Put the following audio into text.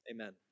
Amen